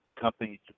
companies